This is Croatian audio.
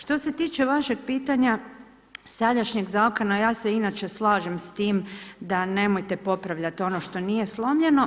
Što se tiče vašeg pitanja sadašnjeg zakona, ja se inače slažem s tim da nemojte popravljati ono što nije slomljeno.